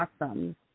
awesome